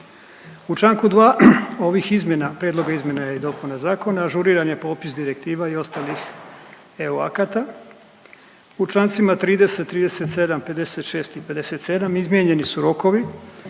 2 ovih izmjena, prijedloga izmjena i dopuna zakona ažuriran je popis direktiva i ostalih EU akata. U čl. 30, 37, 56 i 57 izmijenjeni su rokovi